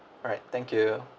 alright thank you